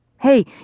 Hey